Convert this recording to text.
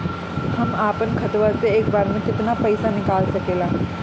हम आपन खतवा से एक बेर मे केतना पईसा निकाल सकिला?